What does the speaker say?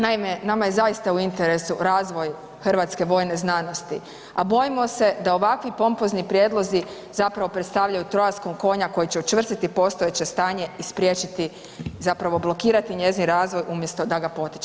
Naime, nama je zaista u interesu razvoj hrvatske vojne znanosti, a bojimo se da ovakvi pompozni prijedlozi zapravo predstavljaju „trojanskog konja“ koji će učvrstiti postojeće stanje i spriječiti, zapravo, blokirati njezin razvoj umjesto da ga potiče.